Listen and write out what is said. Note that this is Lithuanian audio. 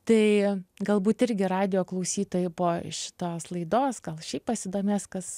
tai galbūt irgi radijo klausytojai po šitos laidos gal šiaip pasidomės kas